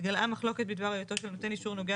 התגלעה מחלוקת בדבר היותו של נותן אישור נוגע